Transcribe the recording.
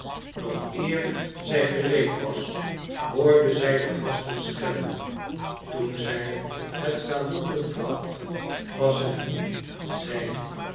nog eer zij gereed was hoorde zij de gasten schellen toen zij het salon betrad was het niet zijn